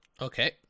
Okay